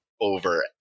over